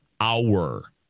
hour